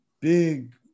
big